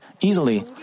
easily